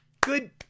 Good